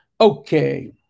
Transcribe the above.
Okay